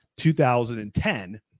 2010